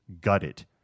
gutted